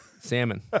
salmon